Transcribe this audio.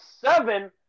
seven